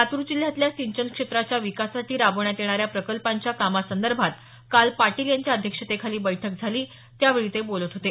लातूर जिल्ह्यातल्या सिंचन क्षेत्राच्या विकासासाठी राबवण्यात येणाऱ्या प्रकल्पांच्या कामासंदर्भात काल पाटील यांच्या अध्यक्षतेखाली बैठक झाली त्यावेळी ते बोलत होते